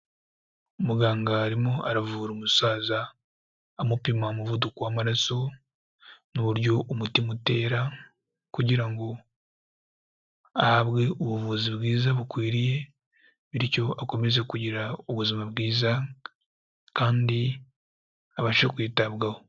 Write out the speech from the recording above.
Muganga arimo aravura umusaza, amupima umuvuduko w'amaraso n'uburyo umutima utera kugira ngo ahabwe ubuvuzi bwiza, bukwiriye bityo akomeze kugira ubuzima bwiza kandi abashe kwitabwaho.